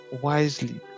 wisely